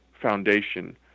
foundation